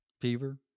fever